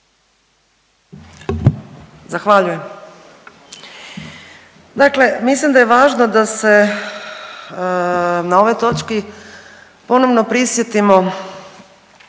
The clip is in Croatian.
Zahvaljujem. Dakle, mislim da je važno da se na ovoj točki ponovno prisjetimo